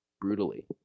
brutally